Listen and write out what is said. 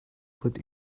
what